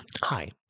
Hi